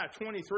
23